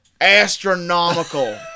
astronomical